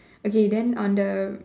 okay then on the